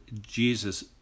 Jesus